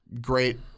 great